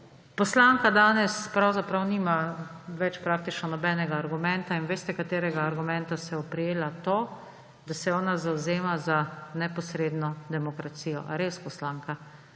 Poslanka danes pravzaprav nima več praktično nobenega argumenta. In veste, katerega argumenta se je oprijela? To, da se ona zavzema za neposredno demokracijo. Ali res, poslanka?